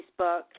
Facebook